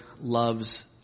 loves